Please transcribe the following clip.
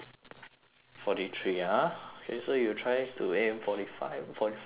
forty three ha okay so you try to aim forty five forty four first lah